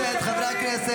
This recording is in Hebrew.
חברי הכנסת, חברי הכנסת.